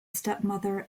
stepmother